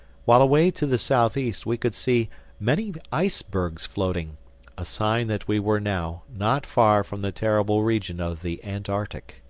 while away to the southeast we could see many icebergs floating a sign that we were now not far from the terrible region of the antarctic.